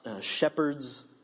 shepherds